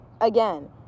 again